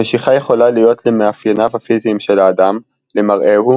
המשיכה יכולה להיות למאפייניו הפיזיים של האדם – למראהו,